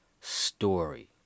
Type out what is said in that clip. story